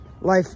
life